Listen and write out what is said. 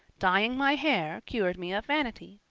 dyeing my hair cured me of vanity.